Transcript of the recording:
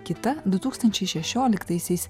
kita du tūkstančiai šešioliktaisiais